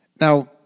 Now